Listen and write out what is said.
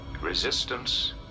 Resistance